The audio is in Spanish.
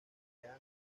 jordán